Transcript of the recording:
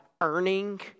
earning